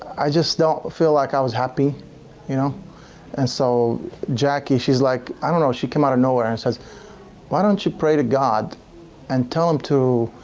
i just don't feel like i was happy you know and so jackie she's like, i don't know she came out of nowhere and says why, don't you pray to god and tell him to